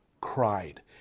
cried